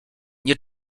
nie